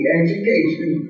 education